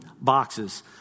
boxes